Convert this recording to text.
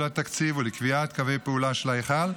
התקציב ולקביעת קווי הפעולה של ההיכל,